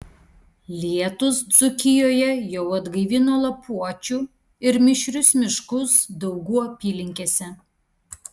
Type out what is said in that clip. lietūs dzūkijoje jau atgaivino lapuočių ir mišrius miškus daugų apylinkėse